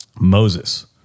Moses